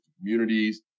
communities